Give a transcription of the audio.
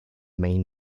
main